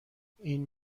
این